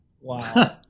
Wow